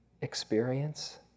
experience